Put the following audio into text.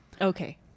Okay